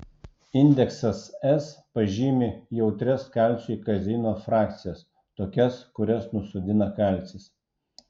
indeksas s pažymi jautrias kalciui kazeino frakcijas tokias kurias nusodina kalcis